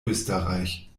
österreich